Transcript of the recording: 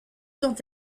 dont